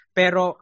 pero